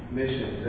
mission